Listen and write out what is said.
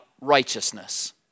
righteousness